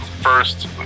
first